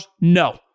No